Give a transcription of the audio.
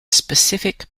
specific